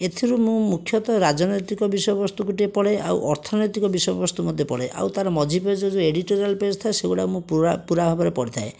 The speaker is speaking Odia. ଏଥିରୁ ମୁଁ ମୁଖ୍ୟତଃ ରାଜନୈତିକ ବିଷୟ ବସ୍ତୁକୁ ଟିକିଏ ପଢ଼େ ଆଉ ଅର୍ଥନୈତିକ ବିଷୟବସ୍ତୁ ମଧ୍ୟ ପଢ଼େ ଆଉ ତାର ମଝି ପେଜ୍ ଯେଉଁ ଏଡ଼ିଟୋରିଆଲ ପେଜ୍ ଥାଏ ସେଗୁଡ଼ା ମୁଁ ପୁରା ପୁରା ଭାବରେ ପଢ଼ିଥାଏ